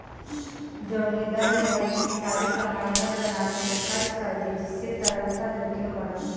जोगिंदर ने अपनी सारी कमाई घर बनाने में खर्च कर दी जिससे तरलता जोखिम बढ़ा